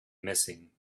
missing